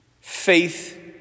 faith